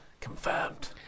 Confirmed